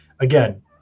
again